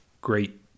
great